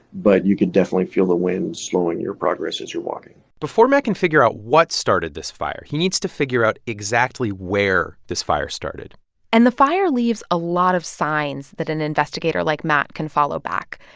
but you can definitely feel the wind slowing your progress as you're walking before matt can figure out what started this fire, he needs to figure out exactly where this fire started and the fire leaves a lot of signs that an investigator like matt can follow back.